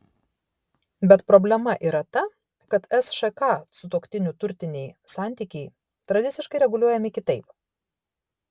bet problema yra ta kad sšk sutuoktinių turtiniai santykiai tradiciškai reguliuojami kitaip